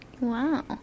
Wow